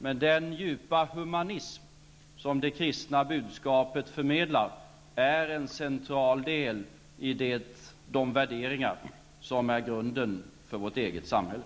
Men den djupa humanitet som det kristna budskapet förmedlar är en central del i de värderingar som är grunden till vårt samhälle.